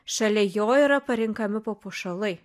šalia jo yra parenkami papuošalai